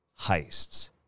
heists